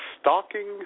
stalking